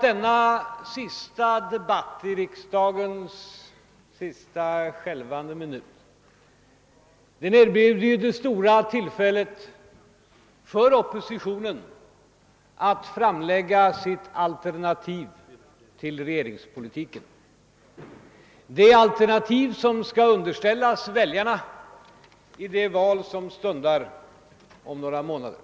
Denna debatt i vårriksdagens sista, skälvande minut erbjuder ju det stora tillfället för oppositionen att framlägga sitt alternativ till regeringspolitiken, det alternativ som skall underställas väljarna i det val som stundar om några månader.